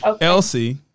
Elsie